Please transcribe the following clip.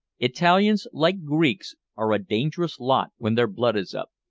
italians, like greeks, are a dangerous lot when their blood is up.